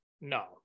no